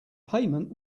payment